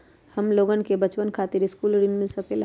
हमलोगन के बचवन खातीर सकलू ऋण मिल सकेला?